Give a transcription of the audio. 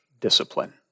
discipline